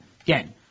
Again